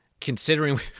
Considering